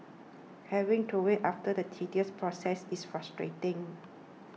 having to wait after the tedious process is frustrating